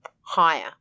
higher